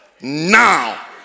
now